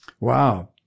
Wow